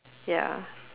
ya